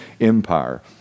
Empire